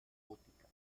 gótica